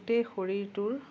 গোটেই শৰীৰটোৰ